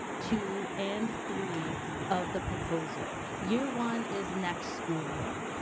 two, and three of the proposal. year one is next school year.